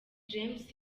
james